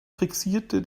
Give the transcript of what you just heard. fixierte